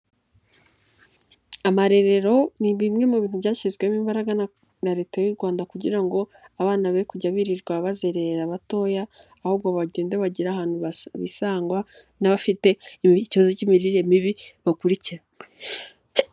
Amarerero ni bimwe mu bintu byashyizwemo imbaraga na Leta y'u Rwanda kugira ngo abana be kujya birirwa bazerera batoya, ahubwo bagende bagire ahantu bisangwa n'abafite ikibazo cy'imirire mibi bakurikira.